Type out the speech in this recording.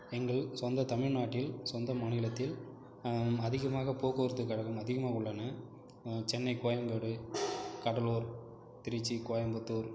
எங்கள் சொந்தத் தமிழ்நாட்டில் சொந்த மாநிலத்தில் அதிகமாக போக்குவரத்து கழகம் அதிகமாக உள்ளன சென்னை கோயம்பேடு கடலூர் திருச்சி கோயம்புத்தூர்